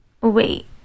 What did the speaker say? wait